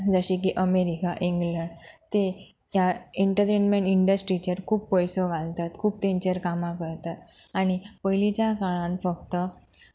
जशें की America England ते ह्या ऍंटरटेनमँट इंडस्ट्रीचेर खूब पयसो घालतात खूब तेंचेर कामां करतात आनी पयलींच्या काळान फक्त